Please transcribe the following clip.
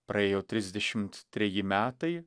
praėjo trisdešimt treji metai